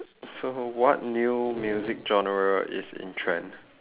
so what new music genre is in trend